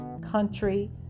country